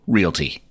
Realty